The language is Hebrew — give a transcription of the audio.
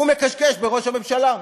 הוא מקשקש בראש הממשלה.